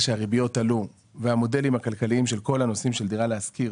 שהריביות עלו והמודלים הכלכליים של כל הנושאים של דירה להשכיר